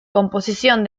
composición